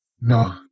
No